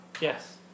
Yes